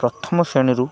ପ୍ରଥମ ଶ୍ରେଣୀରୁ